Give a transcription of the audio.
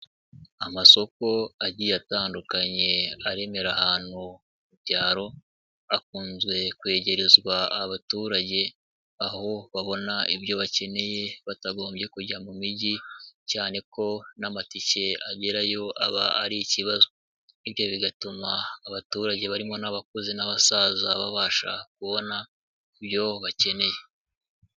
Amasoko agiye atandukanye aremera ahantu mu byaro akunze kwegerezwa abaturage aho babona ibyo bakeneye batagombye kujya mu mijyi cyane ko n'amatike agerayo aba ari ikibazo, ibyo bigatuma abaturage barimo n'abakuze n'abasaza babasha kubona ibyo bakeneye.